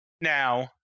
Now